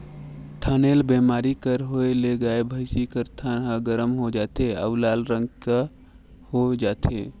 थनैल बेमारी कर होए ले गाय, भइसी कर थन ह गरम हो जाथे अउ लाल रंग कर हो जाथे